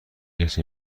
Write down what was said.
کسی